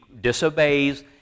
disobeys